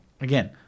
again